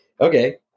Okay